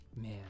man